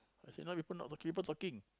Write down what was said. I say no people not people talking